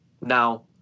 Now